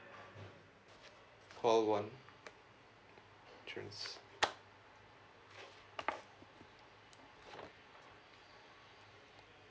call one insurance